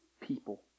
people